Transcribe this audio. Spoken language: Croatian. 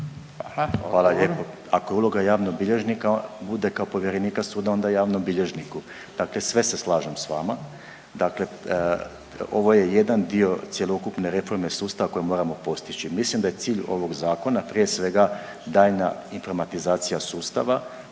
Hvala lijepo. Ako je uloga javnog bilježnika bude kao povjerenika suda onda javnom bilježniku. Dakle, sve se slažem sa vama. Dakle, ovo je jedan dio cjelokupne reforme sustava koju moramo postići. Mislim da je cilj ovog zakona prije svega daljnja informatizacija sustava,